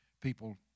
people